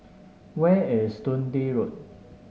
where is Dundee Road